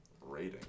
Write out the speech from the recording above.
Rating